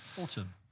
Autumn